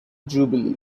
jubilee